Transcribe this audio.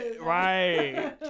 Right